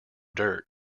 dirt